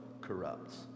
corrupts